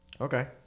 Okay